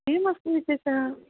किमस्ति विशेषः